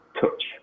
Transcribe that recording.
touch